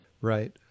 Right